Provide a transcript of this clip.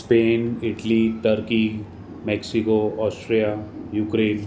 Spain Italy turkey Mexico Austria Ukraine